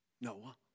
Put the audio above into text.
Noah